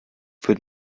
wird